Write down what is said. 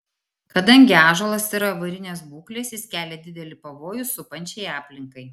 kadangi ąžuolas yra avarinės būklės jis kelia didelį pavojų supančiai aplinkai